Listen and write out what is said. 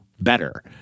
better